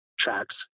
tracks